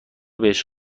بهش